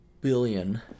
billion